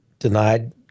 Denied